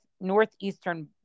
northeastern